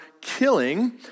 killing